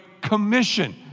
commission